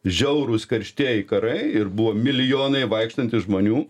žiaurūs karštieji karai ir buvo milijonai vaikštantys žmonių